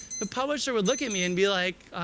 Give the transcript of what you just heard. the publisher would look at me and be like, ah,